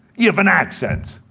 you have an accent,